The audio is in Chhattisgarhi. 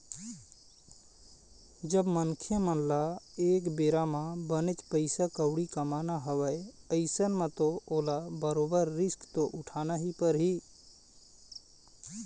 जब मनखे ल एक बेरा म बनेच पइसा कउड़ी कमाना हवय अइसन म तो ओला बरोबर रिस्क तो उठाना ही परही